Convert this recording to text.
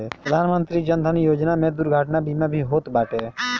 प्रधानमंत्री जन धन योजना में दुर्घटना बीमा भी होत बाटे